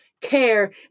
care